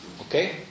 Okay